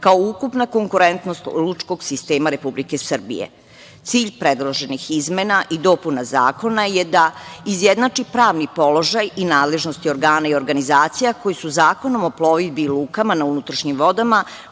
kao ukupna konkurentnost lučkog sistema Republike Srbije. Cilj predloženih izmena i dopuna Zakona je da izjednači pravni položaj i nadležnosti organa i organizacija koji su Zakonom o plovidbi i lukama na unutrašnjim vodama